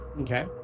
Okay